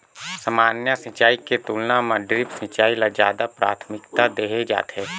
सामान्य सिंचाई के तुलना म ड्रिप सिंचाई ल ज्यादा प्राथमिकता देहे जाथे